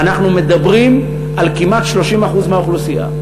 אנחנו מדברים על כמעט 30% מהאוכלוסייה.